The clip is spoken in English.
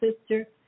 sister